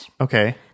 Okay